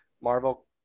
Marvel